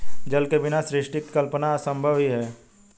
जल के बिना सृष्टि की कल्पना असम्भव ही है